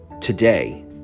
today